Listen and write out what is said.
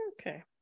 Okay